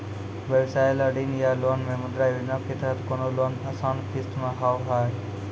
व्यवसाय ला ऋण या लोन मे मुद्रा योजना के तहत कोनो लोन आसान किस्त मे हाव हाय?